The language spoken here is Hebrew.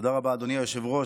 תודה רבה, אדוני היושב-ראש.